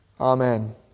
Amen